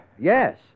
yes